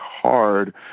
hard